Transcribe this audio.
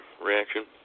reaction